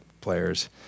players